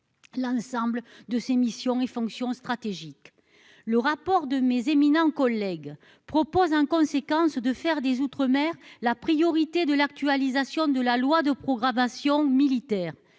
l'ensemble de ses missions et fonctions stratégiques, le rapport de mes éminents collègues propose un conséquence de faire des outre-mer, la priorité de l'actualisation de la loi de programmation militaire,